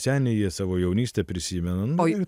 seniai jie savo jaunystę prisimena